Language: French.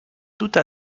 toute